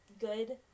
good